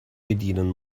bedienen